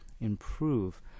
improve